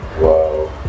wow